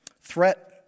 Threat